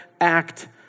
act